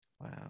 Wow